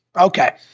Okay